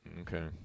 Okay